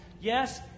yes